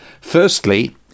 Firstly